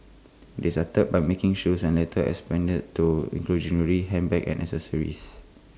they started by making shoes and later expanded to include jewellery handbags and accessories